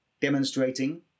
demonstrating